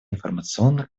информационно